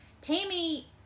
Tammy